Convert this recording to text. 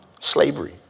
slavery